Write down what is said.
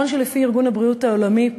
לפי ארגון הבריאות העולמי,